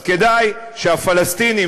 אז כדאי שהפלסטינים,